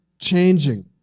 changing